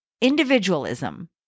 individualism